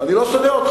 אני לא שונא אתכם.